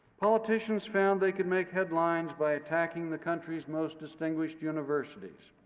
politicians found they could make headlines by attacking the country's most distinguished universities.